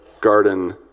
garden